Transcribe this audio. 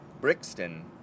Brixton